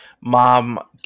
mom